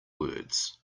words